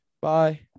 Bye